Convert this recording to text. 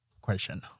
question